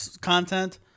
Content